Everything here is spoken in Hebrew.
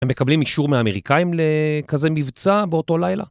הם מקבלים אישור מהאמריקאים לכזה מבצע באותו לילה.